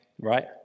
Right